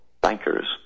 bankers